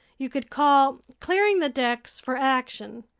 you could call clearing the decks for action.